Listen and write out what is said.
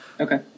Okay